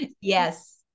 Yes